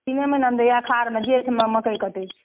तीने महिनामे दैए अखाढ़मे जेठमे मकइ कटै छी